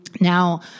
Now